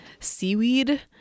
seaweed